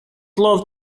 love